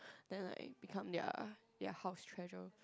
then like become their their house treasure